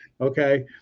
okay